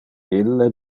ille